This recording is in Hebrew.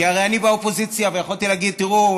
כי אני באופוזיציה ויכולתי להגיד: תראו,